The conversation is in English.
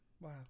Wow